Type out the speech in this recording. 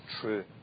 true